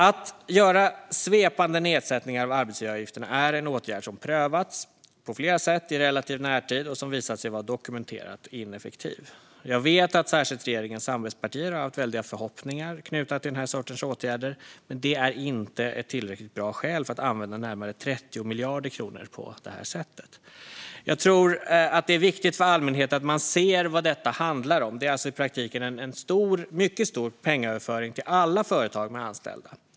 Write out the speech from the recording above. Att göra svepande nedsättningar av arbetsgivaravgifterna är en åtgärd som prövats på flera sätt i relativ närtid och som visat sig vara dokumenterat ineffektiv. Jag vet att särskilt regeringens samarbetspartier har haft väldiga förhoppningar knutna till den här sortens åtgärder. Men det är inte ett tillräckligt bra skäl att använda närmare 30 miljarder kronor på det här sättet. Jag tror att det är viktigt för allmänheten att se vad detta handlar om. Det är alltså i praktiken en mycket stor pengaöverföring till alla företag med anställda.